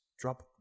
drop